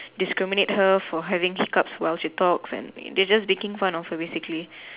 discriminate her for having hiccups while she talks and they are just making fun of her basically